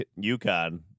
UConn